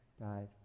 died